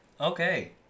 okay